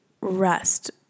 rest